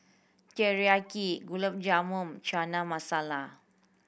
Teriyaki Gulab Jamun Chana Masala